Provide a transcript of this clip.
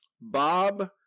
Bob